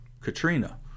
Katrina